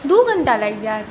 दुइ घण्टा लागि जाएत